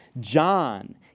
John